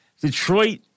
Detroit